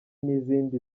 n’izindi